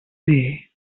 see